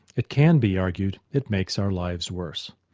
it can be argued it makes our lives worse.